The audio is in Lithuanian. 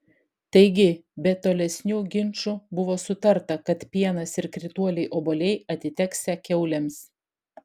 taigi be tolesnių ginčų buvo sutarta kad pienas ir krituoliai obuoliai atiteksią kiaulėms